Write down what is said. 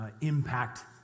impact